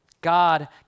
God